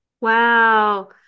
Wow